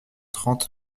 trente